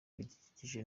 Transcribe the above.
ibidukikije